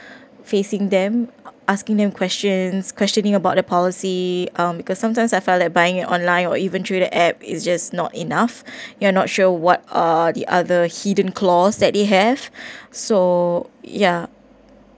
facing them asking them questions questioning about the policy um because sometimes I felt that buying an online or even through the app is just not enough you're not sure what are the other hidden clause that they have so ya